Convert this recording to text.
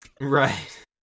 Right